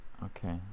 Okay